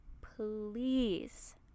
please